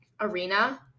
arena